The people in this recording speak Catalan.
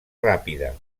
ràpida